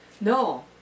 No